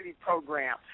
program